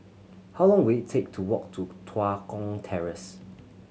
how long will it take to walk to Tua Kong Terrace